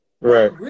Right